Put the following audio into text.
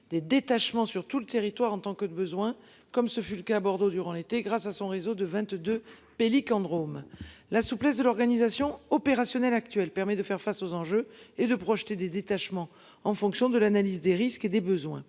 des détachements sur tout le territoire en tant que de besoin, comme ce fut le cas à Bordeaux durant l'été grâce à son réseau de 22. Drôme. La souplesse de l'organisation opérationnelle actuel permet de faire face aux enjeux et de projeter des détachements en fonction de l'analyse des risques et des besoins.